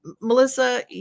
Melissa